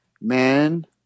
man